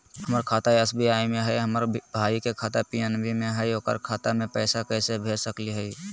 हमर खाता एस.बी.आई में हई, हमर भाई के खाता पी.एन.बी में हई, ओकर खाता में पैसा कैसे भेज सकली हई?